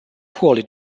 poorly